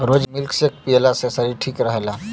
रोज milk shake पियला से शरीर ठीक रहेला